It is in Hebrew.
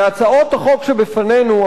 והצעות החוק שבפנינו,